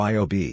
Yob